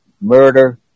murder